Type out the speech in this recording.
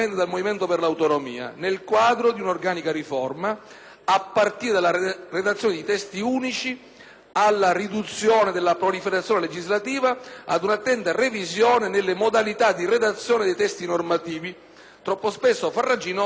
a partire dalla redazione di testi unici, dalla riduzione della proliferazione legislativa e da una attenta revisione delle modalità di redazione dei testi normativi, troppo spesso farraginosi e contorti e non di rado di difficile interpretazione.